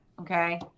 Okay